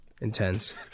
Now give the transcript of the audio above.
intense